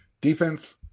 Defense